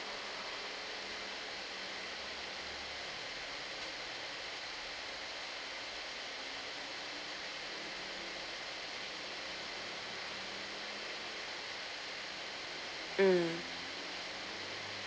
mm